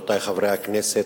רבותי חברי הכנסת,